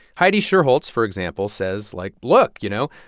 heidi shierholz, for example, says, like, look you know,